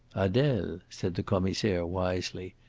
adele! said the commissaire wisely.